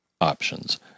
options